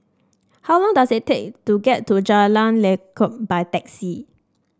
how long does it take to get to Jalan Lekub by taxi